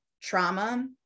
trauma